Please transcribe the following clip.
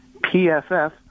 PFF